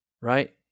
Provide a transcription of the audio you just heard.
Right